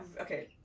okay